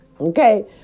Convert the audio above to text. Okay